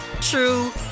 true